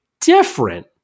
different